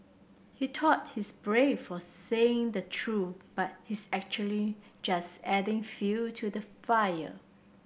he thought he's brave for saying the truth but he's actually just adding fuel to the fire